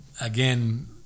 again